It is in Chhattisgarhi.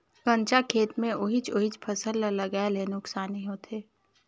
कंचा खेत मे ओहिच ओहिच फसल ल लगाये ले नुकसानी होथे